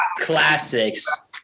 classics